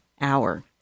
hour